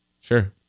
sure